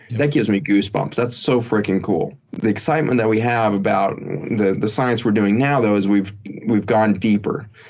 that gives me goose bumps. that's so fricking cool. the excitement that we have about and the the science we're doing now is we've we've gone deeper.